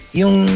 yung